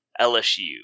LSU